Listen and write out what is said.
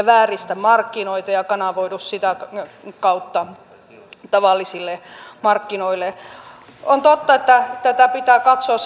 vääristä markkinoita ja kanavoidu sitä kautta tavallisille markkinoille on totta että tätä pitää katsoa